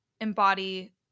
embody-